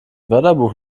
wörterbuch